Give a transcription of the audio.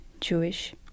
Jewish